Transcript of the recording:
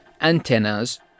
antennas